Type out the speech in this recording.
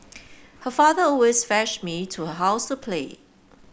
her father always fetched me to her house to play